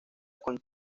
con